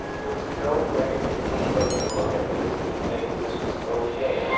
there was no way that anybody could look at this and think this was okay.